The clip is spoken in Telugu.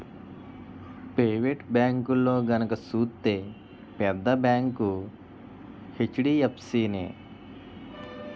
పెయివేటు బేంకుల్లో గనక సూత్తే పెద్ద బేంకు హెచ్.డి.ఎఫ్.సి నే